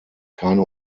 keine